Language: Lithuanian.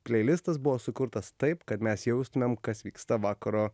pleilistas buvo sukurtas taip kad mes jaustumėm kas vyksta vakaro